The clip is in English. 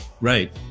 Right